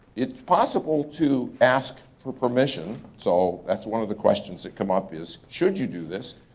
it's possible to ask for permission so that's one of the questions that come up is should you do this?